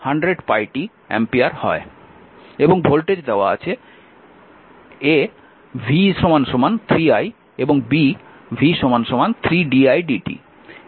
এবং ভোল্টেজ হল v 3 i এবং v 3 didt